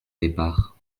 départ